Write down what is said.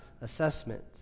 assessment